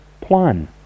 plan